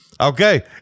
Okay